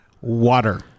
water